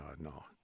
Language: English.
No